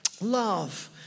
love